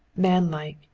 manlike,